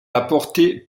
apporté